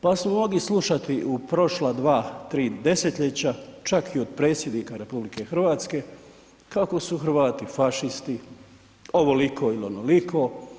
Pa smo mogli slušati u prošla dva, tri desetljeća, čak i od predsjednika RH kako su Hrvati fašisti, ovoliko ili onoliko.